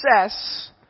success